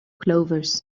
clovers